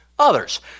others